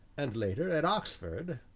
and later, at oxford,